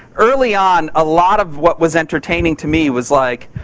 early on, a lot of what was entertaining to me was like,